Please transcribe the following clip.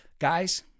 Guys